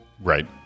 Right